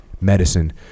medicine